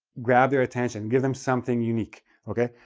grab their attention. give them something unique, okay?